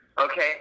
okay